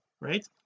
right